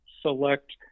select